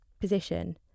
position